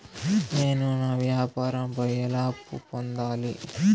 నేను నా వ్యాపారం పై ఎలా అప్పు పొందాలి?